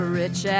rich